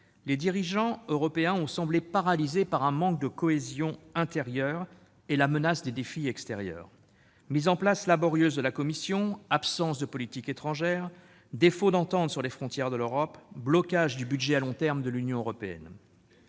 les dirigeants européens ont semblé paralysés par un manque de cohésion intérieure et la menace des défis extérieurs : mise en place laborieuse de la Commission, absence de politique étrangère, défaut d'entente sur les frontières de l'Europe, blocage du budget à long terme de l'Union européenne